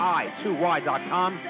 i2y.com